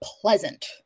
pleasant